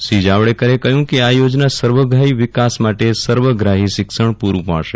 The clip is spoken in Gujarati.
શ્રી જાવડેકરે કહ્યું કે આ યોજના સર્વગ્રાહી વિકાસ માટે સર્વગ્રાહી શિક્ષણ પૂરૂં પાડશે